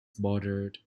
bordered